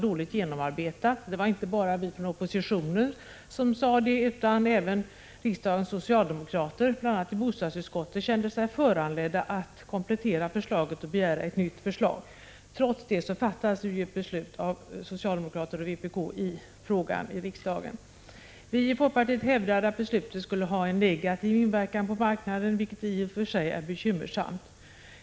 Det var inte bara vi i oppositionen som sade det. Även riksdagens socialdemokrater, bl.a. i bostadsutskottet, kände sig föranledda att komplettera förslaget och att begära ett nytt förslag. Trots det drev socialdemokraterna och vpk igenom ett beslut i frågan här i riksdagen. Vi i folkpartiet hävdade att beslutet skulle få en negativ inverkan på marknaden, vilket i och för sig är bekymmersamt.